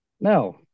no